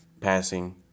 passing